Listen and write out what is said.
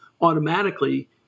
automatically